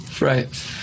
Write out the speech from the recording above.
Right